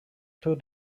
two